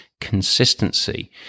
consistency